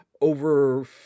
over